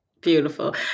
Beautiful